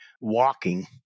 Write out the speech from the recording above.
walking